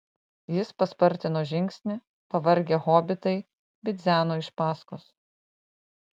jis paspartino žingsnį pavargę hobitai bidzeno iš paskos